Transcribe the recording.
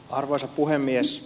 arvoisa puhemies